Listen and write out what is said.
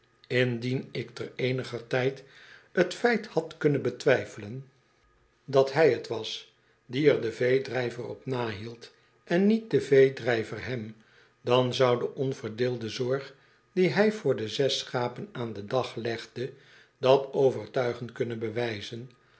indien ik te eeniger tijd t feit had kunnen betwijfelen dat verdachte buurten hg t was die er den veedrijver op nahield en niet de veedrijver hem dan zou de onverdeelde zorg die hij voor de zes schapen aan den dag legde dat overtuigend kunnen bewijzen